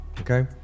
okay